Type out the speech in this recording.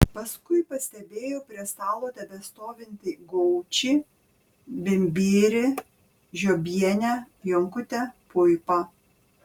paskui pastebėjo prie stalo tebestovintį gaučį bimbirį žiobienę jonkutę puipą